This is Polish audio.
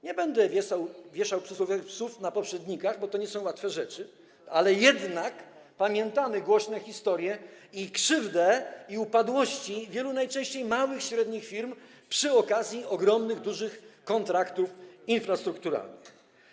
Nie będę wieszał przysłowiowych psów na poprzednikach, bo to nie są łatwe rzeczy, ale jednak pamiętamy głośne historie i krzywdę, i upadłości wielu, najczęściej małych i średnich, firm przy okazji ogromnych, dużych kontraktów infrastrukturalnych.